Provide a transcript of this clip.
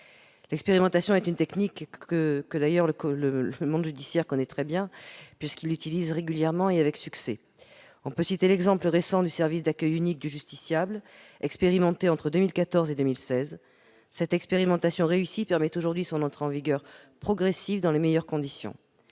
L'expérimentation est d'ailleurs une démarche que le monde judiciaire connaît très bien, puisqu'il la pratique régulièrement et avec succès. On peut citer l'exemple récent du service d'accueil unique du justiciable, expérimenté entre 2014 et 2016. Cette expérimentation réussie permet aujourd'hui une entrée en vigueur progressive du dispositif dans les meilleures conditions.,